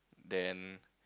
then